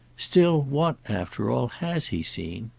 still, what, after all, has he seen?